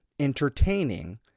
entertaining